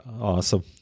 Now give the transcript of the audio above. awesome